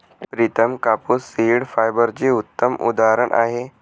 प्रितम कापूस सीड फायबरचे उत्तम उदाहरण आहे